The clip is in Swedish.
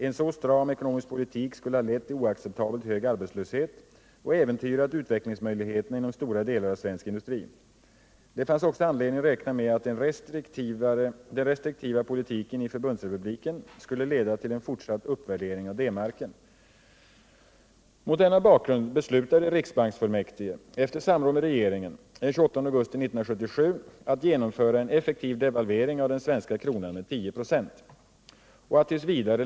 En så stram ekonomisk politik skulle ha lett till oacceptabelt hög arbetslöshet och äventyrat utvecklingsmöjligheterna inom stora delar av svensk industri. Det fanns också anledning räkna med att den restriktiva politiken i förbundsrepubliken skulle leda till en fortsatt uppvärdering av D-marken. Mot denna bakgrund beslutade riksbanksfullmäktige, efter samråd med regeringen, den 28 augusti 1977 att genomföra en effektiv devalvering av den svenska kronan med 10 96 och att t.v.